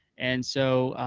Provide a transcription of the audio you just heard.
and so